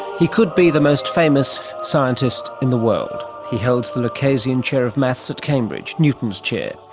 he could be the most famous scientist in the world. he holds the lucasian chair of maths at cambridge, newton's chair.